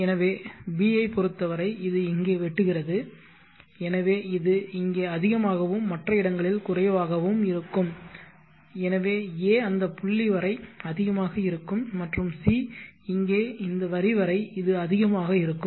எனவே b ஐப் பொறுத்தவரை இது இங்கே வெட்டுகிறது எனவே இது இங்கே அதிகமாகவும் மற்ற இடங்களிலும் குறைவாகவும் இருக்கும் எனவே a அந்த புள்ளி வரை அதிகமாக இருக்கும் மற்றும் c இங்கே இந்த வரி வரை இது அதிகமாக இருக்கும்